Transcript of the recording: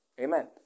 Amen